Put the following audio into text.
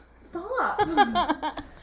stop